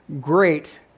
great